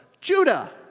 Judah